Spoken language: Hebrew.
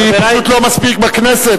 אני פשוט לא מספיק בכנסת.